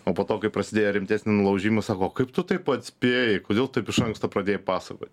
o po to kai prasidėjo rimtesni nulaužimai sako o kaip tu taip atspėjai kodėl taip iš anksto pradėjai pasakot